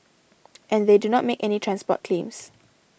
and they do not make any transport claims